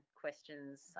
questions